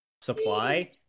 supply